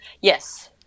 Yes